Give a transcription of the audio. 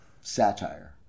satire